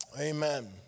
Amen